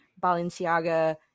Balenciaga